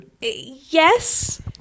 Yes